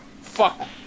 fuck